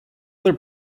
their